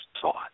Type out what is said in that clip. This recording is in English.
taught